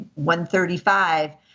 135